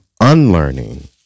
unlearning